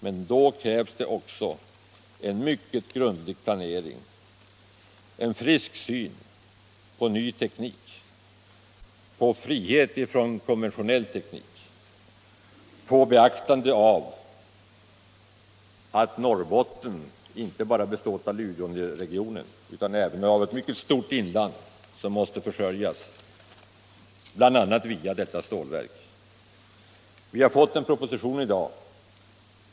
Men då krävs det också en mycket grundlig planering, en frisk syn på ny teknik, på frihet från konventionell teknik, på beaktande av att Norrbotten inte bara består av Luleåregionen utan även av ett mycket stort inland som måste försörjas, bl.a. via detta stålverk. Vi har fått en proposition i dag.